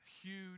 huge